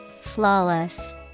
Flawless